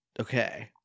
Okay